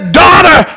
daughter